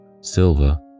silver